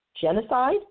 Genocide